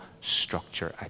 structure